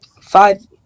five